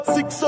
Six